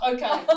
Okay